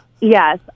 Yes